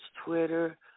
Twitter